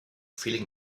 feeling